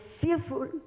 fearful